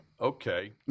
okay